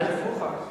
לא אתה.